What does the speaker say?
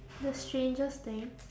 the strangest thing